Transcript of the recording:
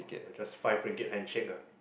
just five ringgit handshake ah